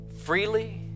freely